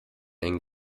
ein